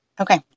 Okay